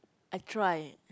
I try